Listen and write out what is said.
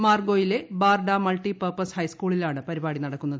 മാർഗോയിലെ Barda multipurpose ഹൈസ്കൂളിലാണ് പരിപാടി നടക്കുന്നത്